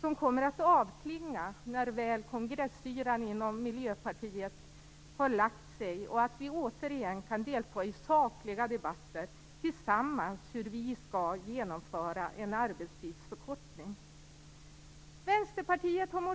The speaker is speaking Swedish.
som kommer att klinga av när kongressyran inom Miljöpartiet lagt sig och vi åter tillsammans kan delta i sakliga debatter om hur vi skall genomföra en arbetstidsförkortning.